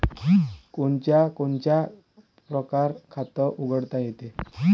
कोनच्या कोनच्या परकारं खात उघडता येते?